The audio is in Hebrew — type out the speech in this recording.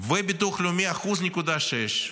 וביטוח לאומי ב-1.6%,